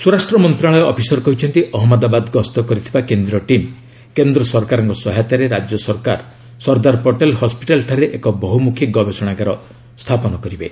ସ୍ୱରାଷ୍ଟ୍ର ମନ୍ତ୍ରଣାଳୟ ଅଫିସର କହିଛନ୍ତି ଅହମ୍ମଦାବାଦ ଗସ୍ତ କରିଥିବା କେନ୍ଦ୍ରୀୟ ଟିମ୍ କେନ୍ଦ୍ର ସରକାରଙ୍କ ସହାୟତାରେ ରାଜ୍ୟ ସରକାର ସର୍ଦ୍ଦାରପଟେଲ ହସ୍କିଟାଲ୍ଠାରେ ଏକ ବହ୍ରମୁଖୀ ଗବେଷଣାଗାର ସ୍ଥାପନ କରିବେ